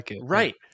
Right